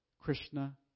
Krishna